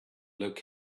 look